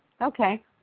okay